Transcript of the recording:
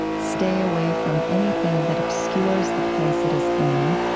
stay away from anything that obscures the place it is in.